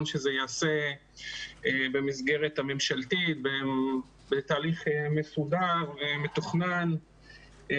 שזה ייעשה במסגרת הממשלתית בתהליך מסודר ומתוכנן.